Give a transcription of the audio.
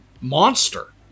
monster